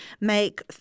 make